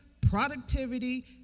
productivity